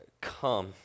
come